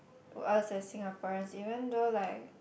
to us as Singaporeans even though like